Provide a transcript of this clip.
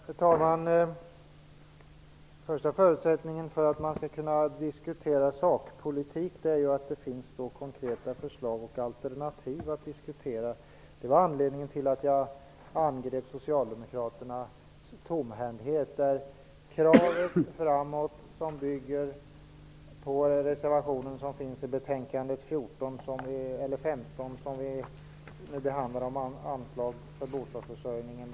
Herr talman! Den första förutsättningen för att vi skall kunna diskutera sakpolitik är att det finns konkreta förslag och alternativ att diskutera. Det var anledningen till att jag angrep Socialdemokraterna för tomhänthet. De har ett krav som bygger på reservationen i betänkande 15 som vi nu behandlar om anslag till bostadsförsörjningen.